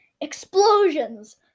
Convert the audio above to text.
explosions